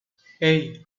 hey